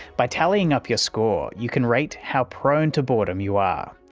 by tallying up your score you can rate how prone to boredom you are.